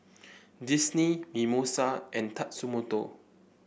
Disney Mimosa and Tatsumoto